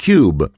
Cube